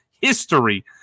history